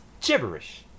Gibberish